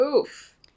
Oof